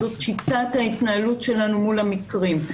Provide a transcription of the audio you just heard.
זאת שיטת ההתנהלות שלנו מול המקרים.